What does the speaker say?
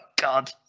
God